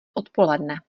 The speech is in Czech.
odpoledne